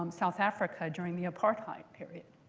um south africa during the apartheid period,